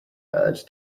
heard